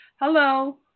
Hello